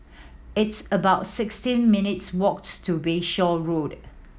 it's about sixteen minutes' walk to Bayshore Road